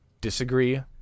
disagree